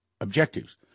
objectives